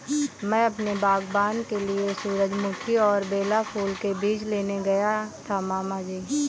मैं अपने बागबान के लिए सूरजमुखी और बेला फूल के बीज लेने गया था मामा जी